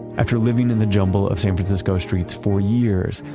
after living in the jumble of san francisco streets for years,